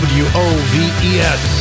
w-o-v-e-s